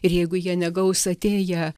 ir jeigu jie negaus atėję